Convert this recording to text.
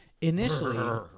initially